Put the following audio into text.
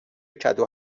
کدو